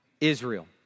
Israel